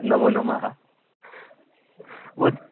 नमो नमः वद